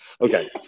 Okay